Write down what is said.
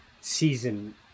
season